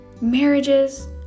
Marriages